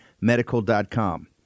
medical.com